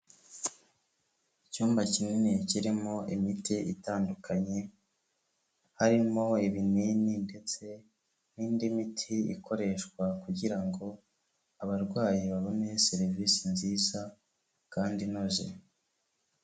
Icyumba kinini kirimo imiti itandukanye, harimo ibinini ndetse n'indi miti ikoreshwa kugira ngo abarwayi babone serivise nziza kandi inoze.